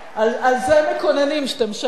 על זה מקוננים, שאתם שם.